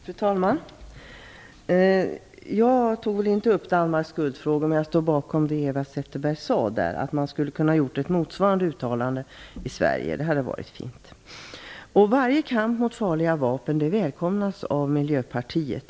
Fru talman! Jag tog inte upp Danmarks skuldfrågor, men jag står bakom Eva Zetterbergs yttrande att man i Sverige skulle ha kunnat göra ett motsvarande uttalande. Det hade varit fint. Varje kamp mot farliga vapen välkomnas av Miljöpartiet.